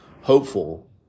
hopeful